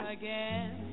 again